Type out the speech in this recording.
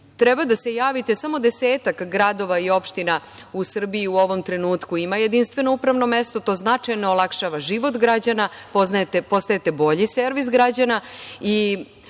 treba da se javite. Samo desetak gradova i opština u Srbiji u ovom trenutku ima jedinstveno upravno mesto. To značajno olakšava život građana, postajete bolji servis građana